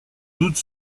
doute